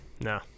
No